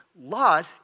Lot